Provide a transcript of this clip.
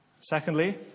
Secondly